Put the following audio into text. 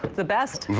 the best!